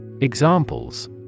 Examples